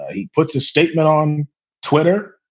he puts a statement on twitter.